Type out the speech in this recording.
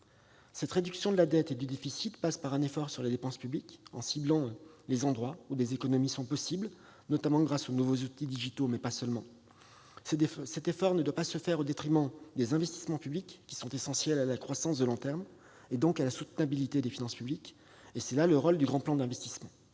Cette réduction de la dette et du déficit passe par un effort sur la dépense publique en ciblant les endroits où des économies sont possibles, notamment grâce aux nouveaux outils digitaux, mais pas seulement. Ces efforts ne doivent pas se faire au détriment des investissements publics qui sont essentiels à la croissance de long terme et donc à la soutenabilité des finances publiques- c'est là le rôle du grand plan d'investissement.